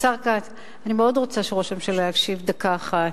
אני מאוד רוצה שראש הממשלה יקשיב דקה אחת.